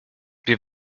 wir